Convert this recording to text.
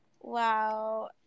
Wow